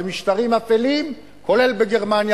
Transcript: כולל בגרמניה,